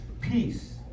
peace